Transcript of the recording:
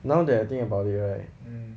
now that I think about it right